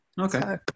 Okay